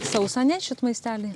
sausą nešit maistelį